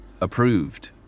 approved